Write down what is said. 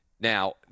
Now